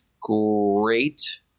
great